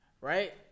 right